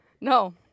No